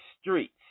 Streets